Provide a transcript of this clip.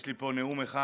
יש לי פה נאום אחד